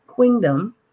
kingdom